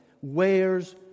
wears